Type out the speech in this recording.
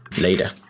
Later